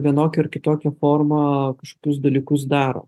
vienokia ar kitokia forma kažkokius dalykus daro